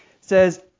says